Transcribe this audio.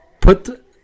Put